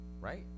right